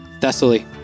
Thessaly